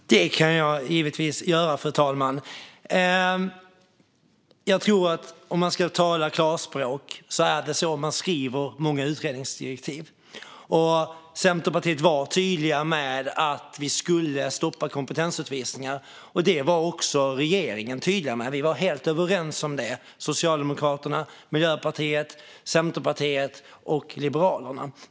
Fru talman! Det kan jag givetvis göra. För att tala klarspråk är det så man skriver många utredningsdirektiv. Centerpartiet var tydligt med att vi skulle stoppa kompetensutvisningarna, och det var också regeringen tydlig med. Vi var helt överens om det i Socialdemokraterna, Miljöpartiet, Centerpartiet och Liberalerna.